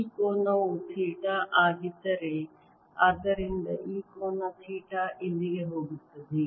ಈ ಕೋನವು ಥೀಟಾ ಆಗಿದ್ದರೆ ಆದ್ದರಿಂದ ಈ ಕೋನ ಥೀಟಾ ಇಲ್ಲಿಗೆ ಹೋಗುತ್ತದೆ